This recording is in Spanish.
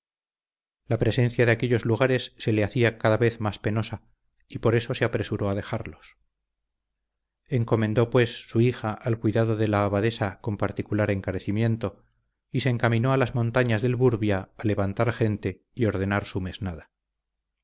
la presencia de aquellos lugares se le hacía cada vez más penosa y por eso se apresuró a dejarlos encomendó pues su hija al cuidado de la abadesa con particular encarecimiento y se encaminó a las montañas del burbia a levantar gente y ordenar su mesnada